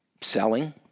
selling